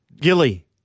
Gilly